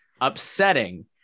upsetting